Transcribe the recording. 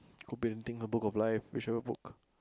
could be anything a book of life whichever book